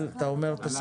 (6)